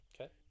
Okay